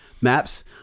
Maps